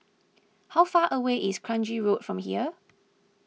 how far away is Kranji Road from here